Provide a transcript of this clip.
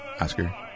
Oscar